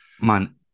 man